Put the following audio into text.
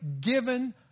given